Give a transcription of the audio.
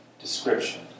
description